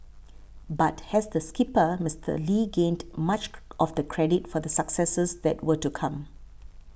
but as the skipper Mister Lee gained much of the credit for the successes that were to come